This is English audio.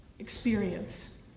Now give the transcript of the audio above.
experience